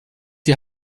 die